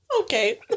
Okay